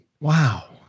Wow